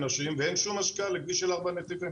ואין שום השקעה לכביש של ארבעה נתיבים.